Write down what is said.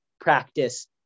practice